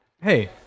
Hey